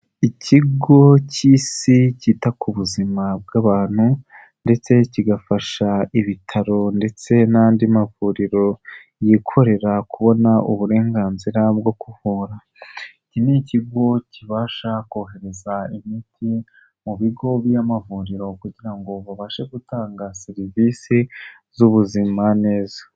Ikigo cy'isi cyita ku buzima bw'abantu ndetse kigafasha ibitaro ndetse n'andi mavuriro yikorera kubona uburenganzira bwo kuvura, iki ni ikigo kibasha kohereza imiti mu bigo by'amavuriro kugira ngo babashe gutanga serivisi z'ubuzima neza.